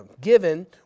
given